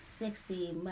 sexy